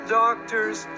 doctors